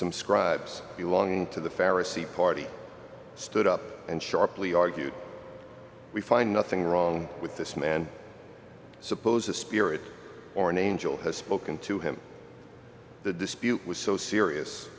some scribes belonging to the pharisee party stood up and sharply argued we find nothing wrong with this man suppose a spirit or an angel has spoken to him the dispute was so serious